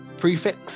Prefix